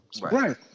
right